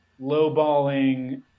lowballing